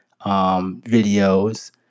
videos